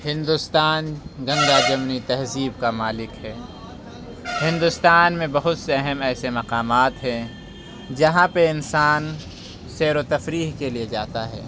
ہندوستان گنگا جمنی تہذیب کا مالک ہے ہندوستان میں بہت سے اہم ایسے مقامات ہیں جہاں پہ انسان سیر و تفریح کے لیے جاتا ہے